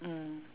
mm